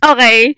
Okay